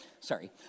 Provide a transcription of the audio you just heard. sorry